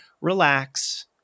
relax